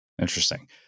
Interesting